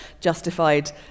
justified